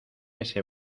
ese